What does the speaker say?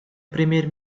премьер